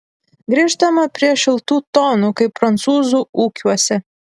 grįžtama prie šiltų tonų kai prancūzų ūkiuose